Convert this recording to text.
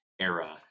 era